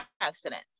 accident